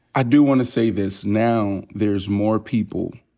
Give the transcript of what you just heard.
i do wanna say this now. there's more people,